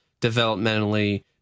developmentally